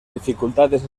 dificultades